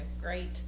great